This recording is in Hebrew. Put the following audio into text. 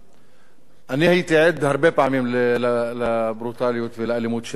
אני הייתי עד הרבה פעמים לברוטליות ולאלימות של המשטרה.